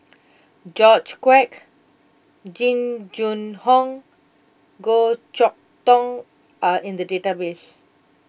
George Quek Jing Jun Hong Goh Chok Tong are in the database